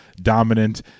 dominant